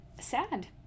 sad